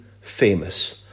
famous